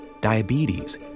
diabetes